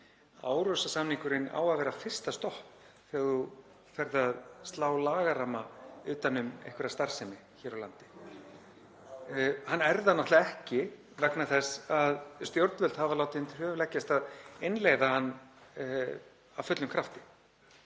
Árósasamningurinn á að vera fyrsta stopp þegar þú ferð að slá lagaramma utan um einhverja starfsemi hér á landi. Hann er það náttúrlega ekki vegna þess að stjórnvöld hafa látið undir höfuð leggjast að innleiða hann af fullum krafti.